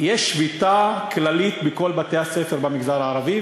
יש שביתה כללית בכל בתי-הספר במגזר הערבי,